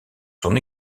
son